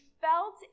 felt